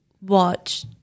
watch